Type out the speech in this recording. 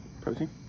Protein